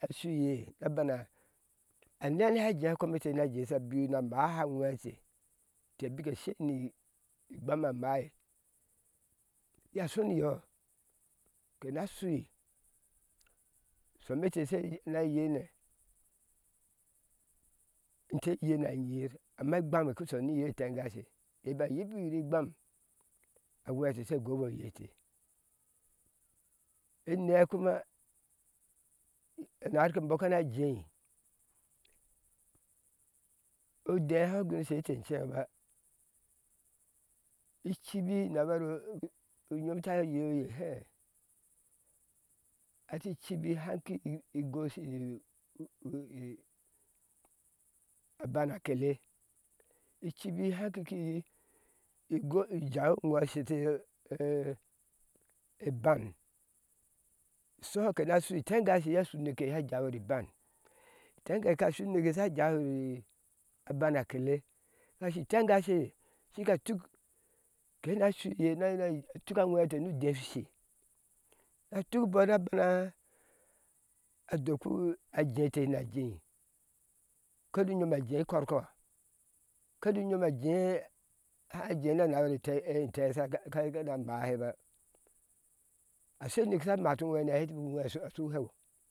Shua yeh anani ajea sha biwi na bana ma'a he aŋwete bike sheyir ni gbam maa ye shɔni yɔ kena shu sɔme ɛtee shena yee ne keyena nyiyir amma igbam ki shɔniye tengashe yeba yibi te gbam ki shɔniye tengashe yeba yibi te gbam aŋwete she góó bɔ uyete anei kuma nare bɔɔ kana jee odɛ guna shɔte cheŋ ba ichibi nabare yom ta yɛ hɛ ɛti chibi haki goshi ebua kele chibi hakikgo jau iŋo asheti ɛ aban sɔhɔ kena shu tengashe yeya jau yir ɛban tengashe ka shineke sha jau u ibana kele kashi tengashe shuka tuk kena shuye nana tuka ŋwete nu dɛshusheh a tuk bɔɔ nabana aç u dɛteh shena jei kede yom ajei kɔrkɔkade yom ajee aha jee na narɛtee ɛ kena maahe ba shenu neke sha matu ŋwe na hɛ ɛti shu hew.